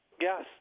Yes